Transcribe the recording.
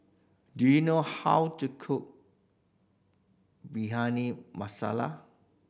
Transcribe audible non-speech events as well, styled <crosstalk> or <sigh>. do you know how to cook <unintelligible> masala